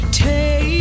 take